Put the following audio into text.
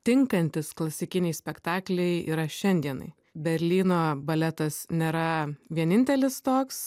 tinkantys klasikiniai spektakliai yra šiandienai berlyno baletas nėra vienintelis toks